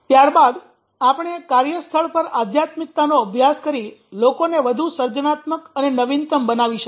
ત્યાર બાદ આપણે કાર્યસ્થળ પર આધ્યાત્મિકતાનો અભ્યાસ કરી લોકોને વધુ સર્જનાત્મક અને નવીનત્તમ બનાવી શકીએ